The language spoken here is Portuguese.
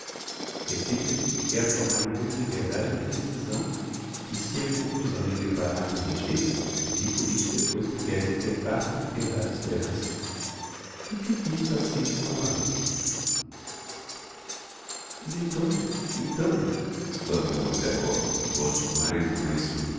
inquietação repito lhe que quero tomar em plena liberdade a minha decisão e se eu em conclusão lhe declarar que o rejeito nem por isso depois me deve increpar por lhe ter dado esperanças e fique isto assente por uma vez mas então então exclamou mozgliakov em voz de mais